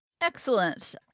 Excellent